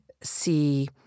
see